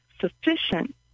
sufficient